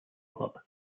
club